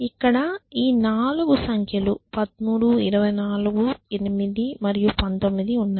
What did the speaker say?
ఇక్కడ ఈ 4 సంఖ్యలు 13 24 8 మరియు 19 ఉన్నాయి